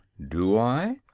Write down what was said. do i?